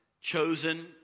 chosen